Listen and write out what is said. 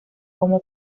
como